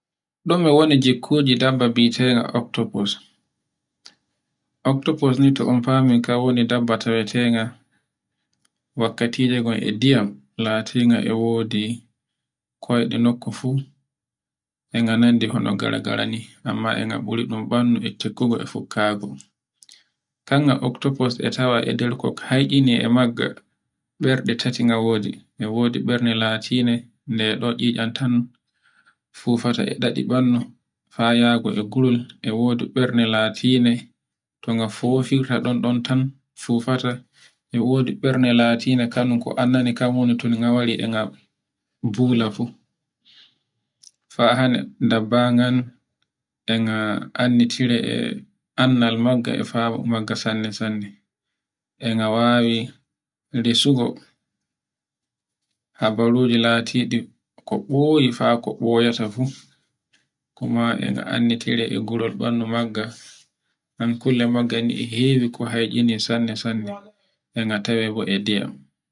Ɗume woni jikkuji dabba bi'etenga octopus, octopus ni to on fami kan woni dabba tawe tenga wakkatiji ngon e ndiyam, latinga e wodi koyɗe nokku fu. E nga nandi e hona gargara ni amma e nga buri ɗun ɓandu e tekkungu e fukkago. Kan ga octopus e tawa e nder ko kayɗini e magga berɗe tati nga wodi. e wodi ɓernde latinde no ɗocicantan fufuta e ɗaɗi bandu, faa yago e gurol. E wodi ɓernde latinde to nga fofitirta ɗon ɗon tan fofata. E wodi ɓernde latinde e kan ko anndani kan woni tunga wari e ga bula fu. Fa hannde dabba gan e nga annditire e bangal magga e fa magga sanne-sanne. E nga wawi resugo, habaruji latiɗi ko boyi fa ko ɓoyata fu, kuma e nga annditire e gurol bandu magga ngan kulle magga ni hewi ko heccini sanne-sanne e nga tawe bo e ndiyam.